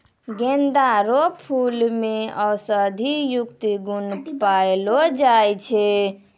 गेंदा रो फूल मे औषधियुक्त गुण पयलो जाय छै